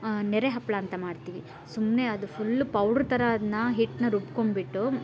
ನೆರೆ ಹಪ್ಪಳ ಅಂತ ಮಾಡ್ತೀವಿ ಸುಮ್ಮನೆ ಅದು ಫುಲ್ ಪೌಡ್ರ್ ಥರ ಅದನ್ನ ಹಿಟ್ಟನ್ನ ರುಬ್ಕೊಂಡುಬಿಟ್ಟು